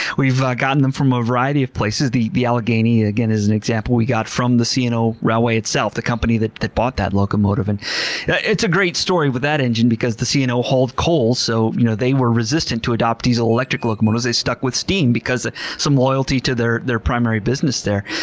we've gotten them from a variety of places. the the allegheny, again as an example, we got from the c and o railway itself, the company that that bought that locomotive. and it's a great story with that engine because the c and o hauled coal, so you know they were resistant to adopt diesel-electric locomotives. they stuck with steam because ah some loyalty to their primary business there.